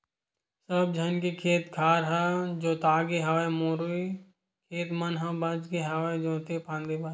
सब झन के खेत खार ह जोतागे हवय मोरे खेत मन ह बचगे हवय जोते फांदे बर